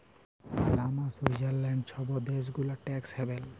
Panama, Switzerland ছব দ্যাশ গুলা ট্যাক্স হ্যাভেল